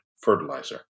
fertilizer